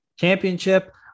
championship